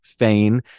Fain